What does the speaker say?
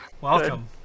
Welcome